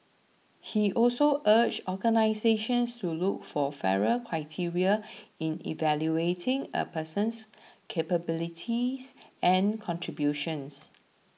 he also urged organisations to look for fairer criteria in evaluating a person's capabilities and contributions